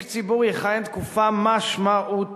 שנציג הציבור יכהן תקופה משמעותית,